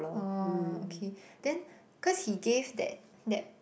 orh okay then cause he gave that that